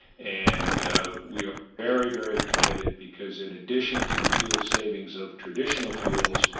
and we are very, very committed because, in addition to the fuel savings of traditional fuels,